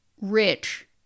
rich